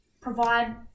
provide